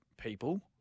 people